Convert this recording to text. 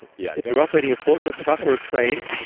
and yeah if you're operating a forklift truck or a crane,